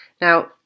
now